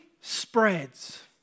spreads